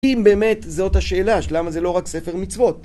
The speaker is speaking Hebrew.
אם באמת זאת השאלה של למה זה לא רק ספר מצוות.